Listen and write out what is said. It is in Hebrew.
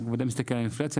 בוודאי מסתכל על האינפלציה,